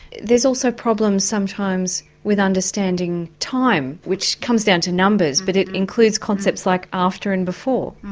there's also problems sometimes with understanding time, which comes down to numbers but it includes concepts like after and before.